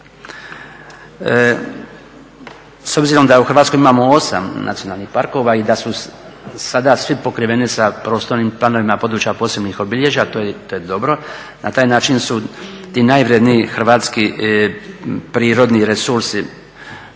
S obzirom da u Hrvatskoj imamo 8 nacionalnih parkova i da su sada svi pokriveni sa prostornim planovima područja posebnih obilježja a to je dobro, na taj način su ti najvrjedniji hrvatski prirodni resursi,